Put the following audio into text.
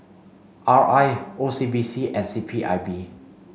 R I O C B C and C P I B